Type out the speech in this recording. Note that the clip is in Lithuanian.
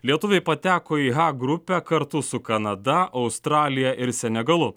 lietuviai pateko į h grupę kartu su kanada australija ir senegalu